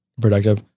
productive